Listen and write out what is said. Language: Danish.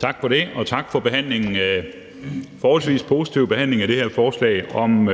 Tak for det. Og tak for den forholdsvis positive behandling af det her forslag om